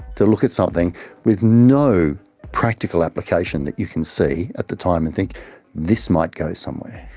to look at something with no practical application that you can see at the time and think this might go somewhere.